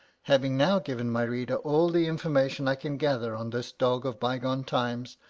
having now given my reader all the information i can gather on this dog of bygone times,